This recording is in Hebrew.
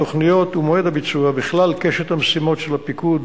התוכניות ומועד הביצוע בכלל קשת המשימות של הפיקוד